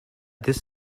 this